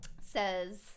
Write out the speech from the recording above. says